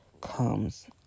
comes